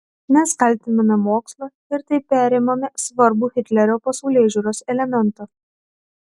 mes kaltiname mokslą ir taip perimame svarbų hitlerio pasaulėžiūros elementą